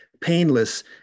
painless